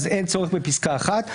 אז אין צורך בפסקה (1),